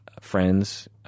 friends